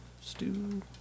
stew